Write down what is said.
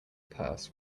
purse